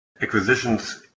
acquisitions